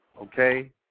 okay